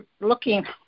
looking